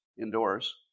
indoors